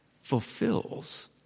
fulfills